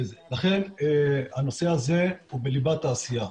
לכן, הנושא הזה הוא בליבת העשייה.